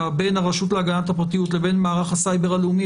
בין רשות להגנת הפרטיות לבין מערך הסייבר הלאומי,